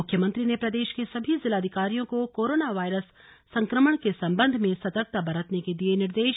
मुख्यमंत्री ने प्रदेश के सभी जिलाधिकारियों को कोरोना वायरस संक्रमण के संबंध में सतर्कता बरतने के दिए निर्देश